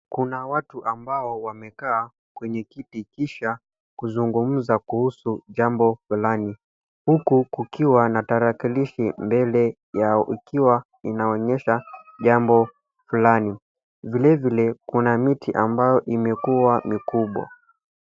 Kuna watu ambao wamekaa kwenye kiti kisha kuzungumza kuhusu jambo fulani huku kukiwa na tarakilishi mbele yao ikiwa inaonyesha jambo fulani. Vilevile kuna miti ambayo imekuwa mikubwa.